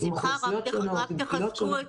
עם אוכלוסיות שונות.